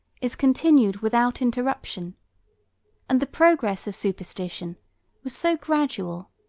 is continued without interruption and the progress of superstition was so gradual,